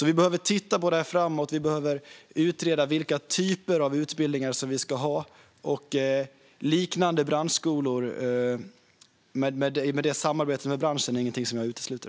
Vi behöver titta på det här framåt. Vi behöver utreda vilka typer av utbildningar vi ska ha. Samarbete med branschen liknande branschskolorna är ingenting som jag utesluter.